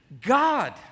God